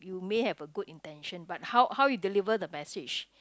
you may have a good intention but how how you deliver the message